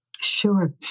Sure